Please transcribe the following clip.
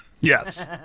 Yes